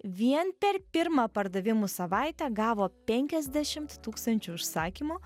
vien per pirmą pardavimų savaitę gavo penkiasdešimt tūkstančių užsakymų